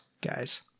guys